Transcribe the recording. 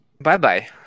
Bye-bye